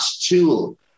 tool